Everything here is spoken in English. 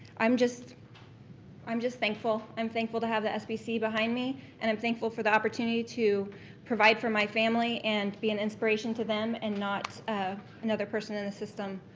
i'm just i'm just thankful. i'm thankful to have the sbc behind me and i'm thankful for the opportunity to provide for my family and be an inspiration to them and not ah another person in the system.